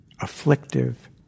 afflictive